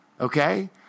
okay